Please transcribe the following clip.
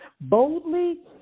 boldly